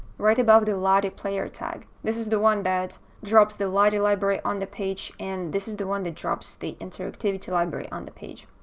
right above the lottie player tag. this is the one that drops the lottie library on the page and this is the one that drops the interactivity library on the page.